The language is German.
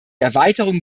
erweiterung